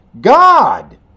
god